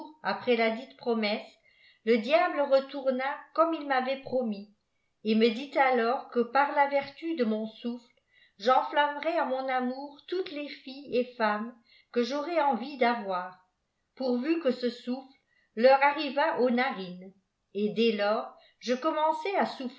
après ladite promesse ie diable r'etourna comme il m'avait promis et me dit alors ue jar'la vertu de mon souffle j'enfla flmerais à mon amour toutes es filles et femmes que jaurafis euvie d'avoir pourvu que ce souffle leur arrivât aux narines et dès lors je commençai à